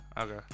Okay